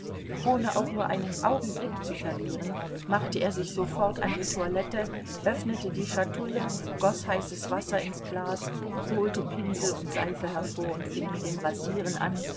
ohne auch nur einen augenblick zu verlieren machte er sich sofort an die toilette öffnete die schatulle goß heißes wasser ins glas holte pinsel und seife hervor und fing mit dem rasieren an